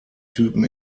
typen